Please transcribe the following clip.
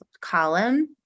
column